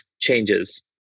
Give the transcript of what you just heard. changes